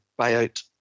buyout